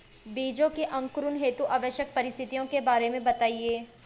बीजों के अंकुरण हेतु आवश्यक परिस्थितियों के बारे में बताइए